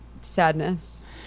sadness